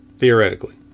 Theoretically